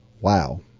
Wow